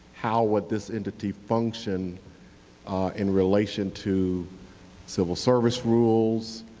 how would this entity function in relation to civil service rules,